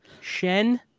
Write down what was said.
Shen